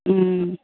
ওম